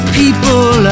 people